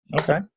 Okay